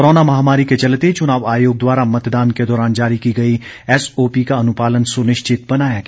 corona महामारी के चलते चुनाव आयोग द्वारा मतदान के दौरान जारी की गई एसओपी का अनुपालन सुनिश्चित बनाया गया